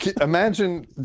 Imagine